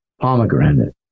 pomegranate